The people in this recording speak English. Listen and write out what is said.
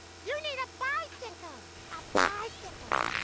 you need a bicycle. a bicycle.